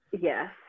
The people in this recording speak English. yes